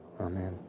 Amen